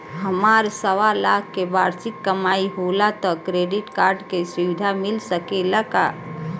हमार सवालाख के वार्षिक कमाई होला त क्रेडिट कार्ड के सुविधा मिल सकेला का?